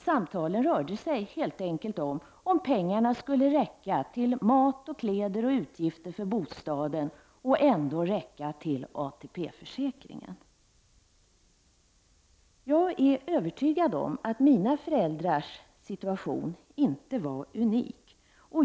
Samtalen rörde sig helt enkelt om ifall pengarna skulle räcka till mat, kläder och utgifter för bostaden och dessutom till ATP-försäkringen. Jag är övertygad om att mina föräldrars situation inte var unik.